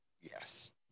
Yes